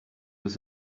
was